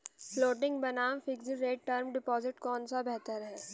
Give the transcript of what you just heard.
Floating बनाम fixed rate term deposit कौन सा बेहतर है?